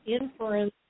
inference